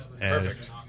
Perfect